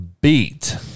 beat